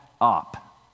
up